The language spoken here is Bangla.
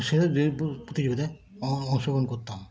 সেসব দৌড় প্রতিযোগিতায় অংশগ্রহণ করতাম